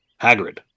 Hagrid